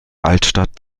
altstadt